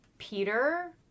peter